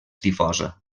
difosa